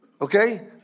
Okay